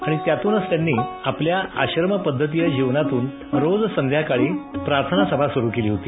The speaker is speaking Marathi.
आणि त्यातूनच त्यांनी आपल्या आश्रम पद्धतीय जीवनातून रोज संध्याकाळी प्रार्थना सभा सुरू केली होती